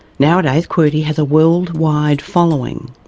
nowadays qwerty has a worldwide following.